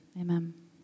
Amen